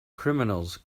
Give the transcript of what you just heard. criminals